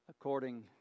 according